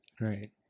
Right